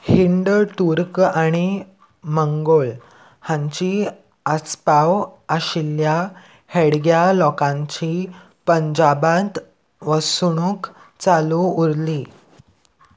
hind टूर्क आनी मंगोळ हांची आस्पाव आशिल्ल्या हेडग्या लोकांची पंजाबांत वसणूक चालू उरली